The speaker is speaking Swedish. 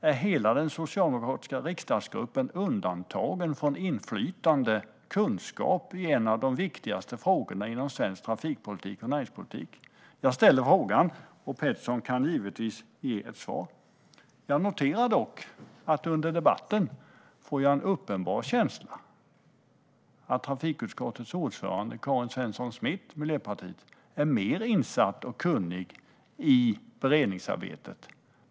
Är hela den socialdemokratiska riksdagsgruppen undantagen från inflytande kunskap om en av de viktigaste frågorna inom svensk trafik och näringspolitik? Jag ställer frågan, och Pettersson kan givetvis ge ett svar. Under debatten får jag dock en uppenbar känsla av att trafikutskottets ordförande, Karin Svensson Smith från Miljöpartiet, är mer insatt och kunnig i beredningsarbetet.